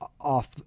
off